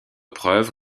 preuve